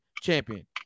champion